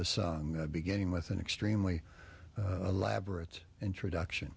the son beginning with an extremely elaborate introduction